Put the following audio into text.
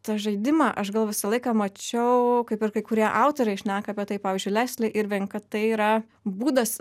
tą žaidimą aš gal visą laiką mačiau kaip ir kai kurie autoriai šneka apie tai pavyzdžiui lesly ir vien kad tai yra būdas